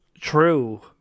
true